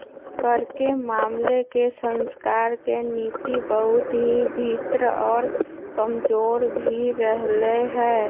कर के मामले में सरकार के नीति बहुत ही भिन्न और कमजोर भी रहले है